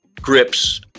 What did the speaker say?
grips